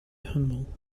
humble